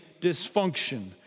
dysfunction